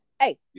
hey